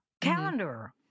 Calendar